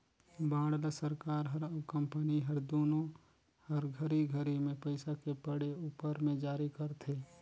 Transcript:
bond ल सरकार हर अउ कंपनी हर दुनो हर घरी घरी मे पइसा के पड़े उपर मे जारी करथे